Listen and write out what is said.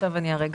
אני אענה על זה.